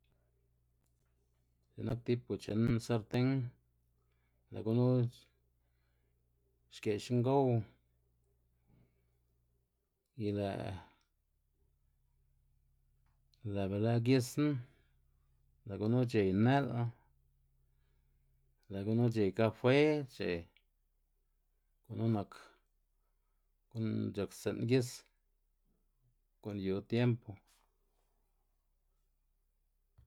X̱ik nak tipo chen sarten lë' gunu xge'x ngow y lë' lë' be lë gisna, lë' gunu c̲h̲ey në'l lë' gunu c̲h̲ey kafe c̲h̲ey gunu nak gu'n c̲h̲akstsi'n gis gu'n yu tiempo.